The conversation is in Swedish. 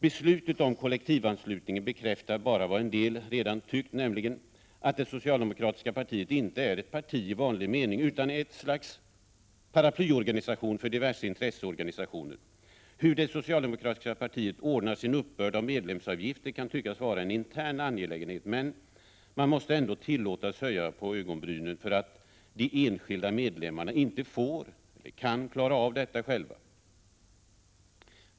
Beslutet om kollektivanslutningen bekräftar bara vad en del redan tyckt, nämligen att det socialdemokratiska partiet inte är ett parti i vanlig mening utan ett slags paraplyorganisation för diverse intresseorganisationer. Hur det socialdemokratiska partiet ordnar sin uppbörd av medlemsavgifter kan tyckas vara en intern angelägenhet. Man måste ändå tillåtas höja på ögonbrynen för att de enskilda medlemmarna inte får eller kan klara av detta själva.